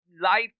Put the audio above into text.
life